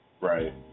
Right